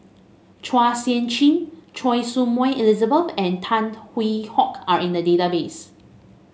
Chua Sian Chin Choy Su Moi Elizabeth and Tan Hwee Hock are in the database